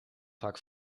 vaak